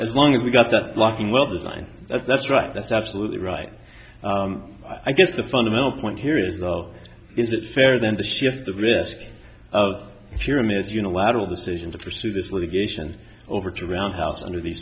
as long as we got that walking well design that's right that's absolutely right i guess the fundamental point here is though is it fair then to shift the risk of if you're a man as unilateral decision to pursue this litigation over to roundhouse under these